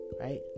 right